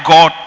God